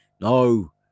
no